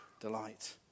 delight